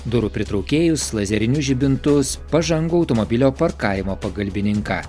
durų pritraukėjus lazerinius žibintus pažangų automobilio parkavimo pagalbininką